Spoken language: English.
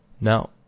Now